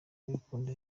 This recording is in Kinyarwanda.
y’urukundo